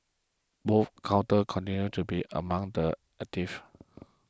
both counters continued to be among the actives